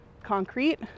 concrete